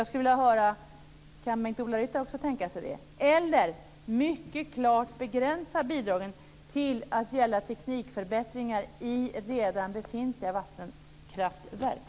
Jag skulle vilja höra om Bengt-Ola Ryttar också kan tänka sig det, eller om han kan tänka sig att mycket klart begränsa bidragen till att gälla teknikförbättringar i redan befintliga vattenkraftverk.